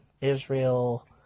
Israel